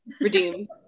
redeemed